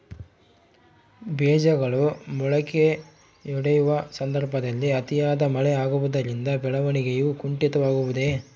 ಬೇಜಗಳು ಮೊಳಕೆಯೊಡೆಯುವ ಸಂದರ್ಭದಲ್ಲಿ ಅತಿಯಾದ ಮಳೆ ಆಗುವುದರಿಂದ ಬೆಳವಣಿಗೆಯು ಕುಂಠಿತವಾಗುವುದೆ?